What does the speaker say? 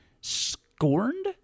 Scorned